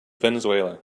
venezuela